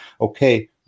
okay